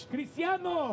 Cristiano